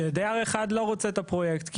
שדייר אחד לא רוצה את הפרויקט.